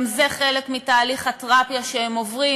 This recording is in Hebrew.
גם זה חלק מתהליך התרפיה שהם עוברים,